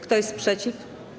Kto jest przeciw?